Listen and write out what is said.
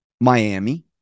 Miami